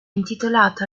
intitolata